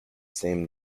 same